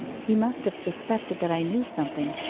he must have suspected that i knew something,